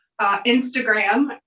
Instagram